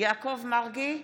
יעקב מרגי,